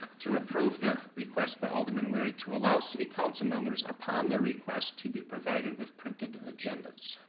to approve the request by alderman wery to allow city council members upon their request to be provided with printed agendas.